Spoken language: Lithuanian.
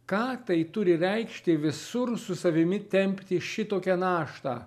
ką tai turi reikšti visur su savimi tempti šitokią naštą